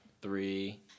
three